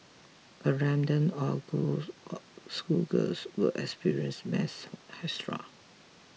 a random all girls or school girls will experience mass hysteria